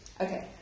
Okay